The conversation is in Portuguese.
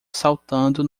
saltando